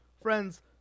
Friends